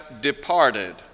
departed